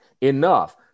enough